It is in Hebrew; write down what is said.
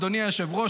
אדוני היושב-ראש,